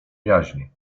jaźni